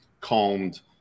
calmed